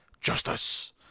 Justice